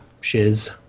shiz